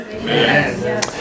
Amen